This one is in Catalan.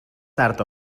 tard